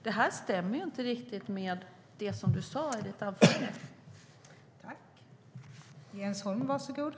Det här stämmer ju inte riktigt med det som du sa i ditt anförande.